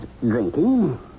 drinking